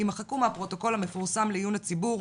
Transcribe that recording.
יימחקו מהפרוטוקול המפורסם לעיון הציבור,